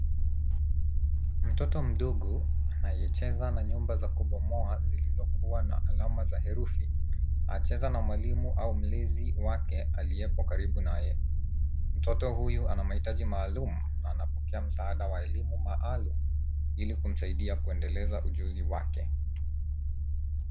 Mtoto mdogo anayecheza na nyumba za kubomoa zilizokuwa na alama za herufi. Anacheza na mwalimu au mlezi wake aliyepo karibu na yeye. Mtoto huyu ana mahitaji maalumu na anapokea msaada wa elimu maalumu ili kumsaidia kuendeleza ujuzi wake.